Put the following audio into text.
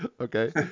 Okay